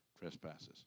trespasses